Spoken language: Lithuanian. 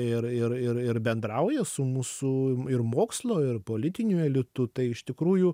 ir ir ir ir bendrauja su mūsų ir mokslo ir politiniu elitu tai iš tikrųjų